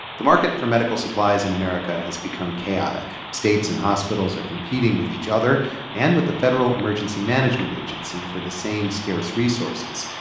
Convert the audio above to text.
the market for medical supplies in america has become chaotic. states and hospitals are competing with each other and with the federal emergency management agency for the same scarce resources.